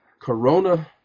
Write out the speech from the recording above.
corona